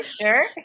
sure